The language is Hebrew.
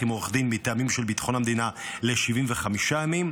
עם עו"ד מטעמים של ביטחון המדינה ל-75 ימים,